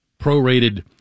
prorated